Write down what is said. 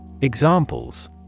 Examples